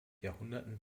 jahrhunderten